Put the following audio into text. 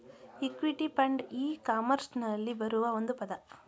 equity fund e ಕಾಮರ್ಸ್ನಲ್ಲಿ ಬರುವ ಒಂದು ಪದ